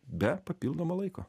be papildomo laiko